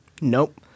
Nope